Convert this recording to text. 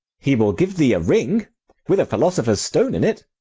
he will give thee a ring with a philosopher's stone in it.